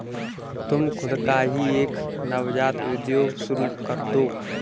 तुम खुद का ही एक नवजात उद्योग शुरू करदो